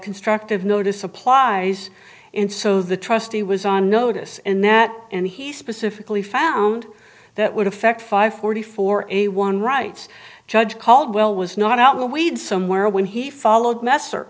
constructive notice applies and so the trustee was on notice and that and he specifically found that would affect five forty four a one rights judge caldwell was not out in the weeds somewhere when he followed messer